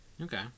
okay